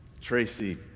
Tracy